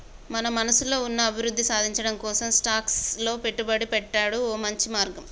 మన మనసులో ఉన్న అభివృద్ధి సాధించటం కోసం స్టాక్స్ లో పెట్టుబడి పెట్టాడు ఓ మంచి మార్గం